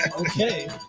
Okay